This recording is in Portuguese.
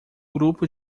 grupo